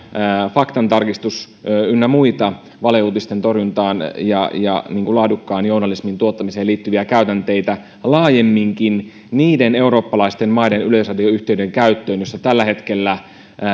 faktantarkistuskäytänteitä ynnä muita valeuutisten torjuntaan ja ja laadukkaan journalismin tuottamiseen liittyviä käytänteitä laajemminkin niiden eurooppalaisten maiden yleisradioyhtiöiden käyttöön joissa tällä hetkellä